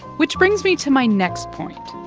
which brings me to my next point.